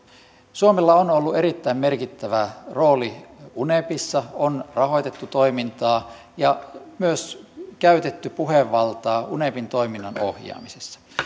suomella on ollut erittäin merkittävä rooli unepissa on rahoitettu toimintaa ja myös käytetty puhevaltaa unepin toiminnan ohjaamisessa